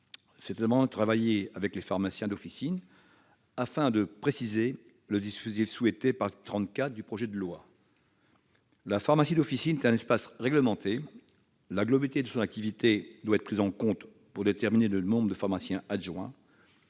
et qui a été travaillé avec les pharmaciens d'officine, vise à préciser le dispositif de l'article 34 du projet de loi. La pharmacie d'officine est un espace réglementé. La globalité de son activité doit être prise en compte pour déterminer le nombre de pharmaciens adjoints.